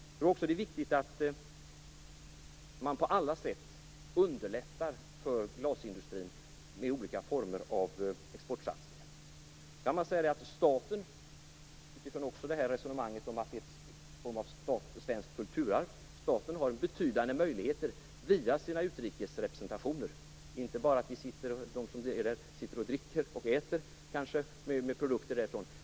Jag tror också att det är viktigt att man på alla sätt underlättar för glasindustrin med olika former av exportsatsningar. Man kan säga att staten, utifrån resonemanget att det är fråga om ett svenskt kulturarv, har betydande möjligheter via sina utrikesrepresentationer - inte bara de som sitter och äter med produkter därifrån.